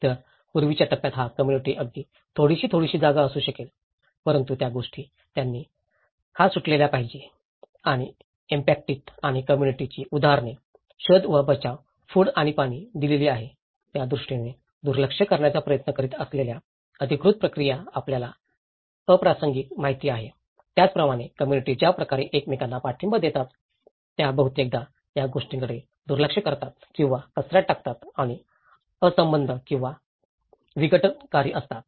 तर पूर्वीच्या टप्प्यात हा कम्म्युनिटी अगदी थोडीशी थोडीशी जागा असू शकेल परंतु ज्या गोष्टी त्यांनी खाज सुटल्या पाहिजेत आणि इम्पॅक्टित आणि कम्म्युनिटीची उदाहरणे शोध व बचाव फूड आणि पाणी दिलेली आहे त्या दृष्टीने दुर्लक्ष करण्याचा प्रयत्न करीत असलेल्या अधिकृत प्रक्रिया आपल्याला अप्रासंगिक माहिती आहे त्याचप्रमाणे कम्म्युनिटी ज्या प्रकारे एकमेकांना पाठिंबा देतात त्या बहुतेकदा या गोष्टींकडे दुर्लक्ष करतात किंवा कचर्यात टाकतात आणि असंबद्ध किंवा विघटनकारी असतात